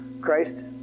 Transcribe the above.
Christ